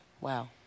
Wow